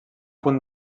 punt